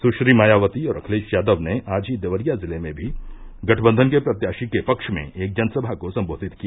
सुश्री मायावती और अखिलेश यादव ने आज ही देवरिया जिले में भी गठबंधन के प्रत्याशी के पक्ष में एक जनसभा को सम्बोधित किया